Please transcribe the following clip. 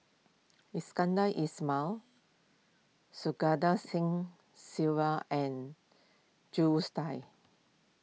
Iskandar Ismail Santokh Singh Grewal and Jules